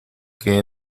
que